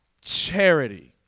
charity